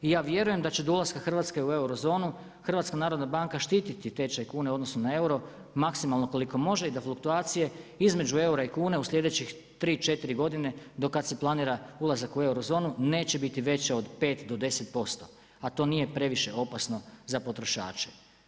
I ja vjerujem da će do ulaska Hrvatske u eurozonu, Hrvatska narodna banka štititi tečaj kune u odnosu na euro maksimalno koliko može i da fluktuacije između eura i kune u sljedećih tri, četiri godine do kada se planira ulazak u eurozonu neće biti veća od 5 do 10%, a to nije previše opasno za potrošače.